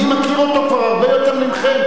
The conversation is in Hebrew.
אני מכיר אותו כבר הרבה יותר מכם.